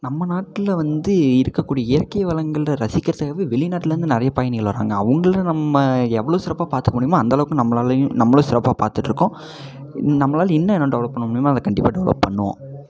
நம்ம நாட்டில் வந்து இருக்கக்கூடிய இயற்கை வளங்களை ரசிக்கறதுக்காகவே வெளிநாட்லேருந்து நிறைய பயணிகள் வராங்க அவங்கள நம்ம எவ்வளோ சிறப்பாக பார்த்துக்க முடியுமோ அந்தளவுக்கு நம்மளாலையும் நம்மளும் சிறப்பாக பார்த்துட்ருக்கோம் நம்மளால் என்ன இன்னும் என்ன டெவலப் பண்ண முடியுமோ அதை கண்டிப்பாக டெவலப் பண்ணுவோம்